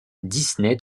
disney